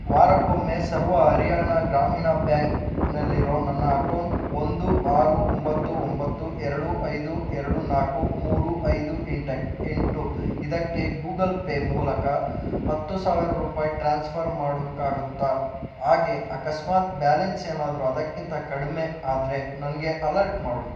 ವಾರಕ್ಕೊಮ್ಮೆ ಸರ್ವ ಹರಿಯಾಣ ಗ್ರಾಮೀಣ ಬ್ಯಾಂಕ್ನಲ್ಲಿರೋ ನನ್ನ ಅಕೌಂಟ್ ಒಂದು ಆರು ಒಂಬತ್ತು ಒಂಬತ್ತು ಎರಡು ಐದು ಎರಡು ನಾಲ್ಕು ಮೂರು ಐದು ಎಂಟಕ್ಕೆ ಎಂಟು ಇದಕ್ಕೆ ಗೂಗಲ್ ಪೇ ಮೂಲಕ ಹತ್ತು ಸಾವಿರ ರೂಪಾಯಿ ಟ್ರಾನ್ಸ್ಫರ್ ಮಾಡುಕಾಗುತ್ತೆ ಹಾಗೆ ಅಕಸ್ಮಾತು ಬ್ಯಾಲೆನ್ಸ್ ಏನಾದರು ಅದಕ್ಕಿಂತ ಕಡ್ಮೆ ಆದರೆ ನನಗೆ ಅಲರ್ಟ್ ಮಾಡು